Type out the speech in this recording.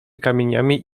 kamieniami